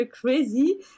crazy